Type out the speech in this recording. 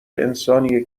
انسانیه